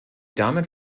damit